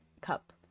cup